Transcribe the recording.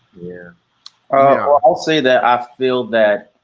yeah ah i'll say that i feel that